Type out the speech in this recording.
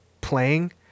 playing